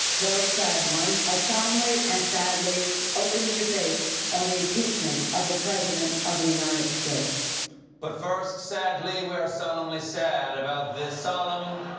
though a sad one. i solemnly and sadly open the debate on the impeachment of the president of the united states. stephen but, first, sadly, we are solemnly sad, about the solemn,